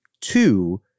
Two